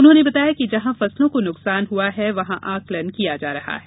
उन्होंने बताया कि जहां फसलों को नुकसान हुआ है वहां आकलन किया जा रहा है